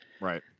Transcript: Right